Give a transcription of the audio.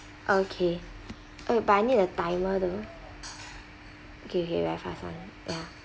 okay oh but I need the timer though okay okay very fast one ya